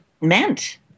meant